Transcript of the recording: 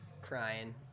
crying